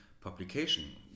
publication